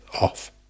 Off